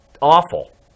awful